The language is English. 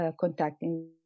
contacting